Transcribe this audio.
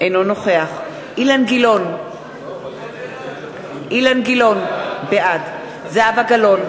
אינו נוכח אילן גילאון, בעד זהבה גלאון,